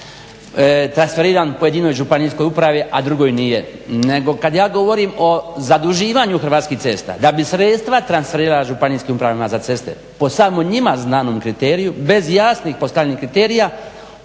transferiran pojedinoj županijskoj upravi, a drugoj nije, nego kada ja govorim o zaduživanju Hrvatskih cesta. da bi sredstva transferirala Županijskim upravama za ceste po samo njima znanom kriteriju bez jasnih postavljenih kriterija